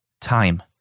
time